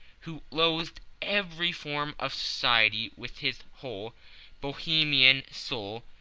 who loathed every form of society with his whole bohemian soul,